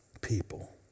people